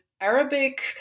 Arabic